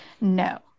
No